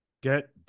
Get